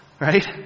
right